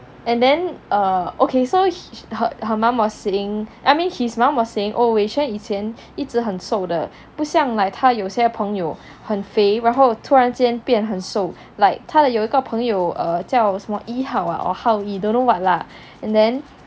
and then err okay so he her her mum was saying I mean his mom was saying oh wei xuan 以前一直很瘦的不像 like 他有些朋友很肥然后突然间变很瘦 like 他的有一个朋友 err 叫 yee hao or >hao yee ah don't know what lah and then